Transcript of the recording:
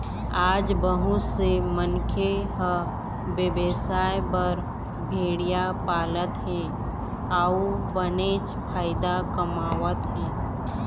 आज बहुत से मनखे ह बेवसाय बर भेड़िया पालत हे अउ बनेच फायदा कमावत हे